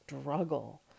struggle